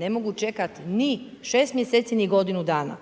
Ne mogu čekati ni 6 mj. ni godinu dana.